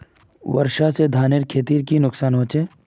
वर्षा से धानेर खेतीर की नुकसान होचे?